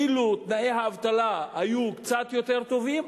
אילו תנאי האבטלה היו קצת יותר טובים,